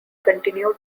continued